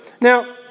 Now